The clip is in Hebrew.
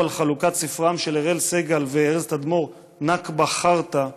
את חלוקת ספרם של אראל סג"ל וארז תדמור "נכבה חרטא".